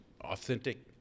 authentic